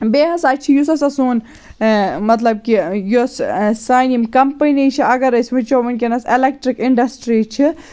بیٚیہِ ہَسا چھِ یُس ہَسا سون مطلب کہِ یۄس سانہِ یِم کَمپٔنی چھِ اَگَر أسۍ وٕچھو وٕنکٮ۪نَس اٮ۪لکٹِرٛک اِنڈَسٹِرٛی چھِ